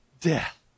death